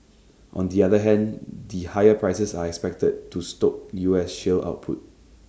on the other hand the higher prices are expected to stoke U S shale output